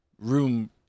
room